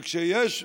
וכשיש,